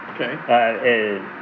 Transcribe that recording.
Okay